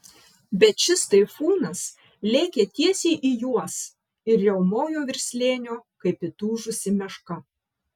bet šis taifūnas lėkė tiesiai į juos ir riaumojo virš slėnio kaip įtūžusi meška